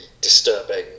disturbing